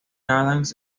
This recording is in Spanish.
adams